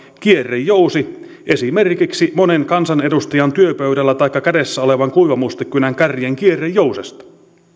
kierrejousi esimerkiksi monen kansanedustajan työpöydällä taikka kädessä olevan kuivamustekynän kärjen kierrejousesta